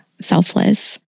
selfless